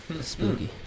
spooky